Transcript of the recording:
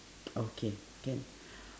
okay can